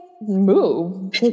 move